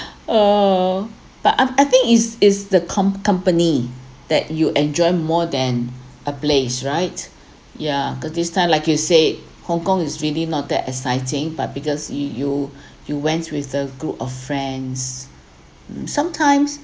oh but I I think is is the comp~ company that you enjoy more than a place right ya cause this time like you said hong kong is really not that exciting but because you you you went with a group of friends mm sometimes